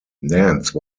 nance